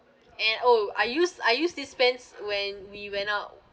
and oh I used I used this pants when we went out